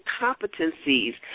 competencies